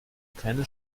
keine